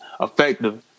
effective